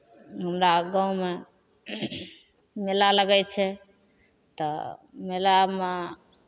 हमरा गाँवमे मेला लगै छै तऽ मेलामे